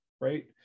right